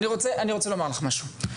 אני רוצה לומר לך משהו,